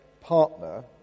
partner